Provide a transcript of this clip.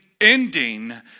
Ending